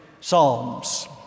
psalms